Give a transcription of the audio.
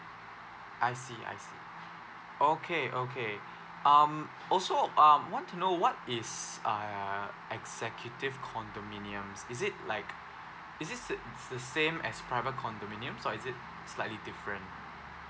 I see I see okay okay um also um want to know what is uh executive condominiums is it like is it the the same as private condominiums or is it slightly different